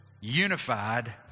unified